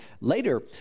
later